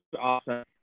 awesome